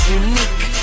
unique